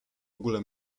ogóle